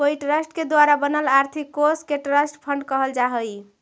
कोई ट्रस्ट के द्वारा बनल आर्थिक कोश के ट्रस्ट फंड कहल जा हई